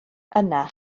yna